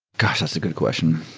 gosh! that's a good question.